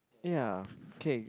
ya K